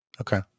Okay